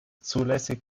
zulässig